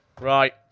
right